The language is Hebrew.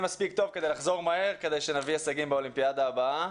מספיק טוב כדי להביא הישגים באולימפיאדה הבאה.